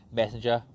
messenger